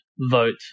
vote